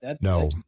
No